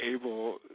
able